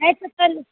नहीं तो कल